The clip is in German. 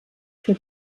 für